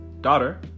Daughter